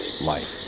life